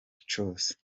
cose